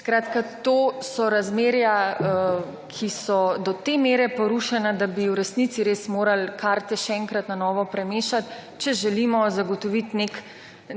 Skratka to so razmerja, ki so do te mere porušena, da bi v resnici res morali karte še enkrat na novo premešati, če želimo zagotoviti neko